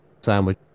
sandwich